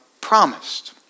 promised